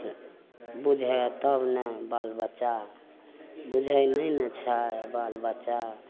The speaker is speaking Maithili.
बुझय तब ने बाल बच्चा बुझय नहि ने छै बाल बच्चा